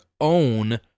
own